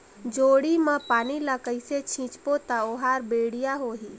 जोणी मा पानी ला कइसे सिंचबो ता ओहार बेडिया होही?